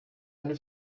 eine